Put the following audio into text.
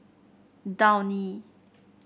downy